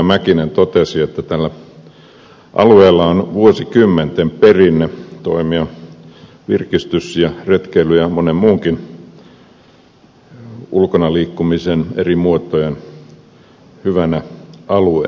mäkinen totesi että tällä alueella on vuosikymmenten perinne toimia virkistys ja retkeily ja monen muunkin eri ulkona liikkumisen muodon hyvänä alueena